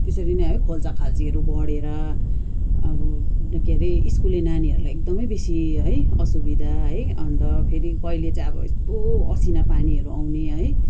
त्यसरी नै है खोल्साखल्सीहरू बढेर अब के रे स्कुले नानीहरूलाई एकदमै बेसी है असुविधा है अन्त फेरि कहिले चाहिँ अब यस्तो असिना पानीहरू आउने है